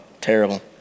Terrible